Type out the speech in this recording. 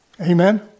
Amen